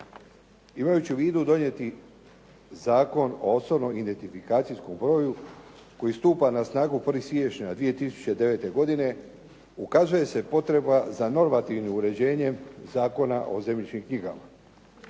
Imajući u vidu donijeti Zakon o osobnom identifikacijskom broju koji stupa na snagu 1. siječnja 2009. godine ukazuje se potreba za normativno uređenje Zakona o zemljišnim knjigama.